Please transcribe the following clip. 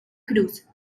cruz